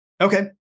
Okay